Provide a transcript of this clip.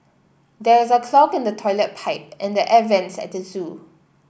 there is a clog in the toilet pipe and the air vents at the zoo